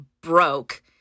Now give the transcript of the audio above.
broke